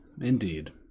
Indeed